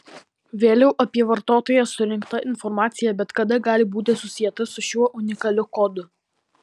vėliau apie vartotoją surinkta informacija bet kada gali būti susieta su šiuo unikaliu kodu